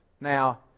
Now